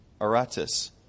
Aratus